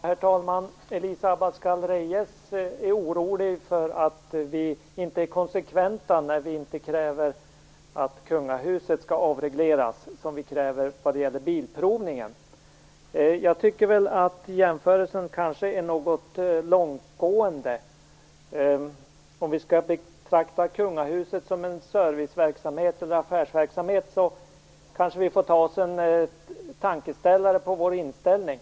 Herr talman! Elisa Abascal Reyes är orolig för att vi inte är konsekventa när vi inte kräver att kungahuset skall avregleras, vilket vi kräver när det gäller Bilprovningen. Jag tycker att jämförelsen kanske är något långsökt. Om vi skall betrakta kungahuset som en serviceverksamhet eller en affärsverksamhet kanske vi får ta oss en tankeställare när det gäller vår inställning.